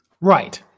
Right